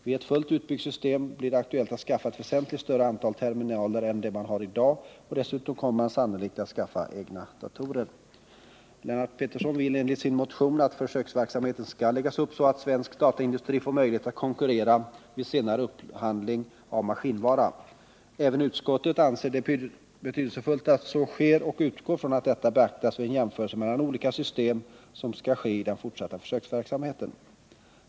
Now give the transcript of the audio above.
Vid ett fullt utbyggt system blir det aktuellt att skaffa ett väsentligt större antal terminaler än man har i dag, och dessutom kommer man sannolikt att skaffa egna datorer. Lennart Pettersson vill i sin motion att försöksverksamheten skall läggas upp så, att svensk dataindustri får möjlighet att konkurrera vid senare upphandling av maskinvara. Även utskottet anser att det är betydelsefullt att så sker och utgår från att detta beaktas vid den jämförelse mellan olika system som skall ske i den fortsatta försöksverksamheten.